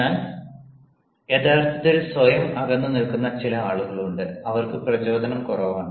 എന്നാൽ യഥാർത്ഥത്തിൽ സ്വയം അകന്നുനിൽക്കുന്ന ചില ആളുകളുണ്ട് അവർക്ക് പ്രചോദനം കുറവാണ്